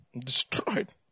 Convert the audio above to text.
destroyed